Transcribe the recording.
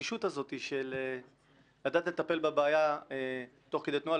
הרגישות הזאת של לדעת לטפל בבעיה תוך כדי תנועה,